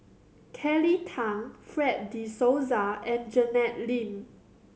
Kelly Tang Fred De Souza and Janet Lim